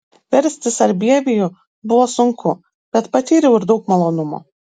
versti sarbievijų buvo sunku bet patyriau ir daug malonumo